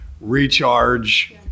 recharge –